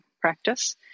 practice